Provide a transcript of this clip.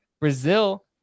brazil